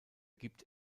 gibt